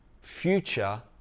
future